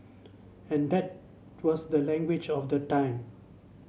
and that was the language of the time